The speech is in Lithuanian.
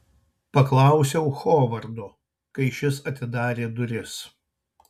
paklausiau hovardo kai šis atidarė duris